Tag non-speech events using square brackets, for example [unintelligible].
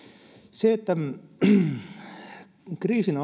se että kriisin [unintelligible]